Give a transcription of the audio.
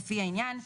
לפי העניין,